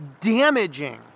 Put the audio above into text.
damaging